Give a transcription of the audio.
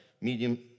medium